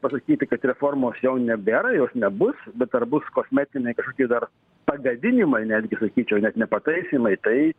pasakyti kad reformos jau nebėra jos nebus bet ar bus kosmetiniai kažkokie dar pagadinimai netgi sakyčiau net ne pataisymai tai